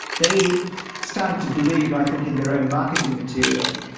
they started to believe i think in their own marketing material,